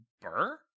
Burr